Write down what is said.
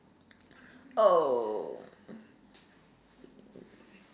oh